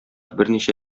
берничә